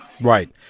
Right